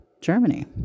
Germany